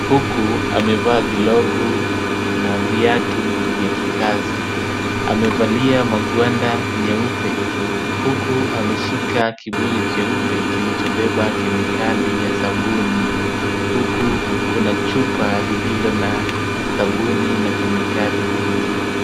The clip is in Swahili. huku amevaa glavu na viatu vya kikazi. Amevalia magwanda nyeupe huku ameshika kibuyu cheupe kilichobeba kemikali ya sabuni .Huku kuna chupa lililo na sabuni na kemikali zingine.